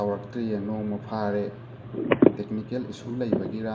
ꯇꯧꯔꯛꯇ꯭ꯔꯤꯌꯦ ꯅꯣꯡꯃ ꯐꯥꯔꯦ technical issue ꯂꯩꯕꯒꯤꯔꯥ